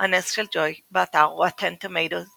"הנס של ג'וי", באתר Rotten Tomatoes